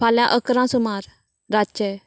फाल्यां इकरांक सुमार रातचें